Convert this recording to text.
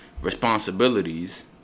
responsibilities